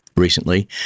Recently